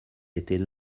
était